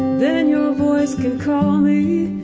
then your voice can call me